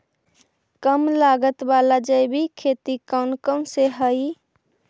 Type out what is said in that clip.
कम लागत वाला जैविक खेती कौन कौन से हईय्य?